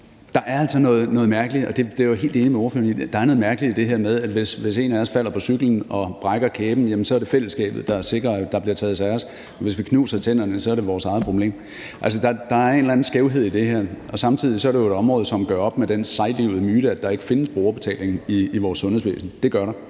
noget mærkeligt i det her med, at hvis en af os falder af cyklen og brækker kæben, jamen så er det fællesskabet, der sikrer, at der bliver taget sig af os, men hvis vi knuser tænderne, er det vores eget problem. Altså, der er en eller anden skævhed i det her, og samtidig er det jo et område, som gør op med den sejlivede myte, at der ikke findes brugerbetaling i vores sundhedsvæsen. Det gør der.